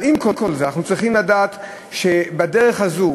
אבל עם כל זה אנחנו צריכים לדעת שבדרך הזאת,